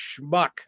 schmuck